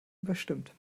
überstimmt